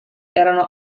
erano